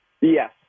Yes